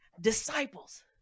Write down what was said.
disciples